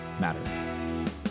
matter